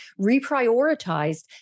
reprioritized